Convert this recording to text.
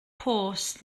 post